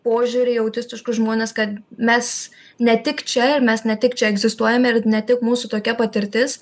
požiūrį į autistiškus žmones kad mes ne tik čia ir mes ne tik čia egzistuojame ir ne tik mūsų tokia patirtis